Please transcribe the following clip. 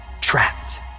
trapped